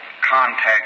contact